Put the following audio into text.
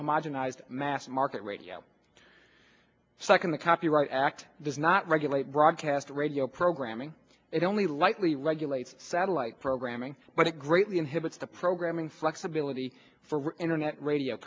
homogenized mass market radio second the copyright act does not regulate broadcast radio programming it only lightly regulates satellite programming but it greatly inhibits the programming flexibility for internet radio